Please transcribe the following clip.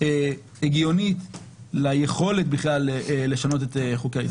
הגיונית ליכולת בכלל לשנות את חוקי-היסוד.